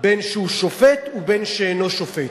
בין שהוא שופט ובין שאינו שופט",